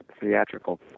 theatrical